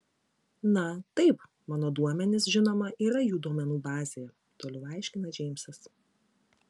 na taip mano duomenys žinoma yra jų duomenų bazėje toliau aiškina džeimsas